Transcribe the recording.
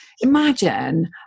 imagine